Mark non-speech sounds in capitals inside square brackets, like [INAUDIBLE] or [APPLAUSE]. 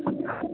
[UNINTELLIGIBLE]